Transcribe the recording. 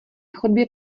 chodbě